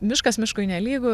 miškas miškui nelygu